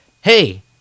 hey